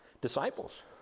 disciples